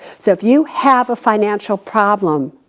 so if you have a financial problem,